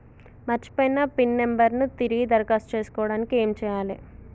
మర్చిపోయిన PIN number ను తిరిగి దరఖాస్తు చేసుకోవడానికి ఏమి చేయాలే?